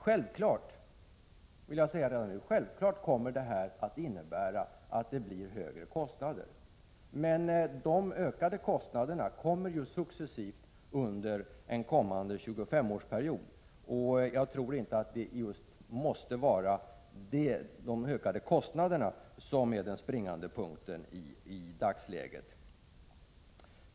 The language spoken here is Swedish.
Det kommer självfallet att innebära högre kostnader, men dessa ökade kostnader kommer ju successivt under en | kommande 25-årsperiod. Jag tror inte att det är de ökade kostnaderna som är den springande punkten i dagsläget.